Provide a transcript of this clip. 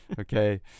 okay